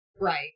Right